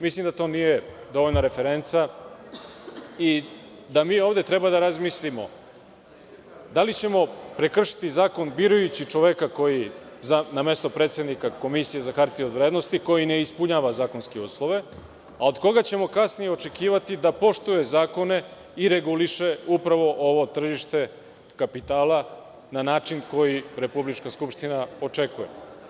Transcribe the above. Mislim da to nije dovoljna referenca i da mi ovde treba da razmislimo da li ćemo prekršiti zakon birajući čoveka na mesto predsednika Komisije za hartije od vrednosti koji ne ispunjava zakonske uslove, a od koga ćemo kasnije očekivati da poštuje zakone i reguliše upravo ovo tržišta kapitala na način koji Republička skupština očekuje.